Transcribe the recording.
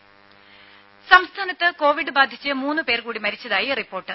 ദേദ സംസ്ഥാനത്ത് കോവിഡ് ബാധിച്ച് മൂന്ന് പേർകൂടി മരിച്ചതായി റിപ്പോർട്ട്